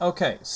Okay